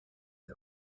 the